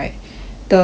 the